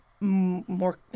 more